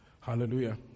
Hallelujah